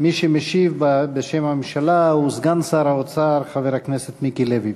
מי שמשיב בשם הממשלה הוא סגן שר האוצר חבר הכנסת מיקי לוי.